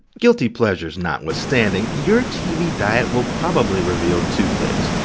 guilty pleasures notwithstanding, your tv diet will probably reveal two things.